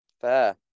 fair